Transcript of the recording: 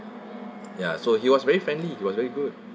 ya so he was very friendly he was very good